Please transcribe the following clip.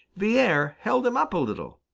the air held him up a little.